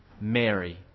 Mary